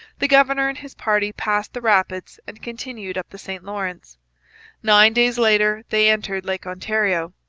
the governor and his party passed the rapids and continued up the st lawrence nine days later they entered lake ontario,